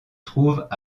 trouvent